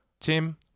Tim